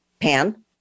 Pan